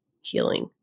healing